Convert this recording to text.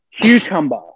cucumber